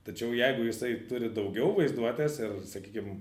tačiau jeigu jisai turi daugiau vaizduotės ir sakykim